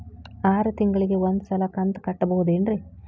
ಆರ ತಿಂಗಳಿಗ ಒಂದ್ ಸಲ ಕಂತ ಕಟ್ಟಬಹುದೇನ್ರಿ?